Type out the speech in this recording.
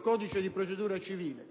codice di procedura civile,